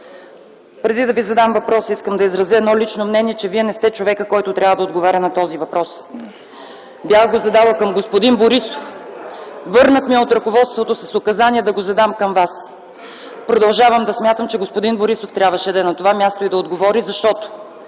преди да Ви задам въпроса, искам да изразя лично мнение, че не Вие сте човекът, който трябва да отговаря на този въпрос. Бях го задала към господин Борисов. Върнат ми е от ръководството с указание да го задам към Вас. Продължавам да смятам, че господин Борисов трябваше да е на това място и да отговори, защото